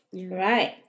Right